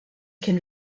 can